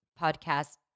podcast